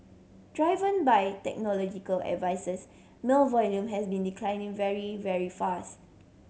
driven by technological advances mail volume has been declining very very fast